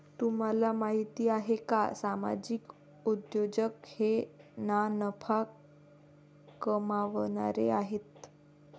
तुम्हाला माहिती आहे का सामाजिक उद्योजक हे ना नफा कमावणारे आहेत